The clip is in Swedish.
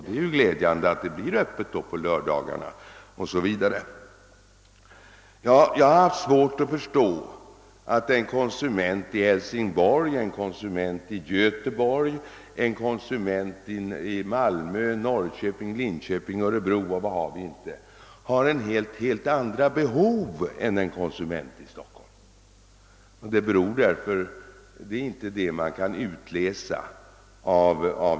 Det är ju glädjande att det då blir längre öppethållande på lördagarna 0. s. Vv. Jag har svårt att förstå att en konsument i Hälsingborg, Göteborg, Malmö, Norrköping, Linköping och Örebro m.fl. städer har helt andra behov än en konsument i Stockholm. Det är inte den slutsatsen man kan dra.